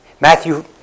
Matthew